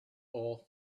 all